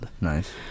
Nice